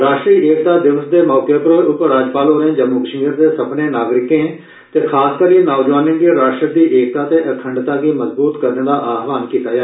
राश्ट्री एकता दिवस दे मौके पर उपराज्यपाल होरें जम्मू कश्मीर दे सब्बने नागरिकें ते खास करियै नौजवानें गी राश्ट्र दी एकता ते अखंडता गी मजबूत करने दा आहवाण कीता ऐ